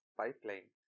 pipeline